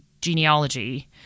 genealogy